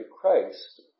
Christ